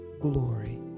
glory